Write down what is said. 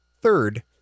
Third